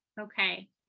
okay